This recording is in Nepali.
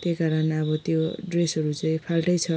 त्यही कारण अब त्यो ड्रेसहरू चाहिँ फाल्टै छ